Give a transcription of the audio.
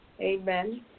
amen